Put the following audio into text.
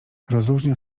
rozluźnia